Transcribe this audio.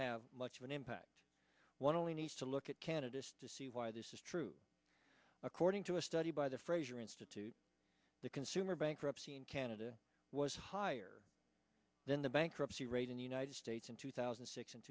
have much of an impact one only needs to look at candidates to see why this is true according to a study by the fraser institute the consumer bankruptcy in canada was higher than the bankruptcy rate in the united states in two thousand and six and